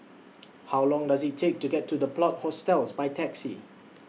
How Long Does IT Take to get to The Plot Hostels By Taxi